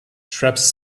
shrubs